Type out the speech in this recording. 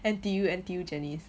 N_T_U N_T_U janice